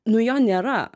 nu jo nėra